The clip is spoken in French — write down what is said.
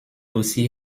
aussi